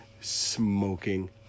smoking